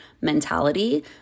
mentality